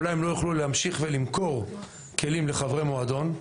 אולי הם לא יוכלו להמשיך ולמכור כלים לחברי מועדון,